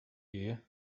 gear